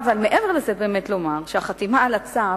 מעבר לזה, אני באמת רוצה לומר שהחתימה על הצו